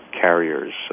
carriers